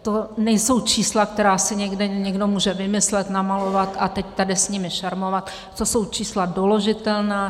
To nejsou čísla, která si někde někdo může vymyslet, namalovat a teď tady s nimi šermovat, to jsou čísla doložitelná.